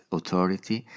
Authority